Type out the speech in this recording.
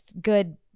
good